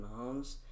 Mahomes